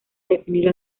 definir